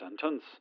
sentence